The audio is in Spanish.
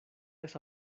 esa